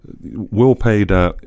well-paid